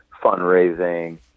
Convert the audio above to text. fundraising